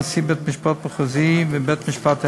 נשיא בית-משפט מחוזי ובית-המשפט העליון.